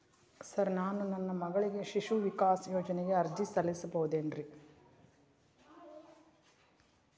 Sir ನಾನು ನನ್ನ ಮಗಳಿಗೆ ಶಿಶು ವಿಕಾಸ್ ಯೋಜನೆಗೆ ಅರ್ಜಿ ಸಲ್ಲಿಸಬಹುದೇನ್ರಿ?